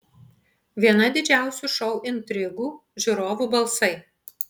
viena didžiausių šou intrigų žiūrovų balsai